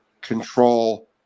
control